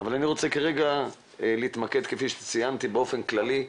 אבל אני רוצה כרגע להתמקד כפי שציינתי באופן כללי,